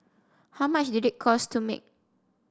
how much did it cost to make